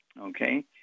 okay